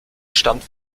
stammt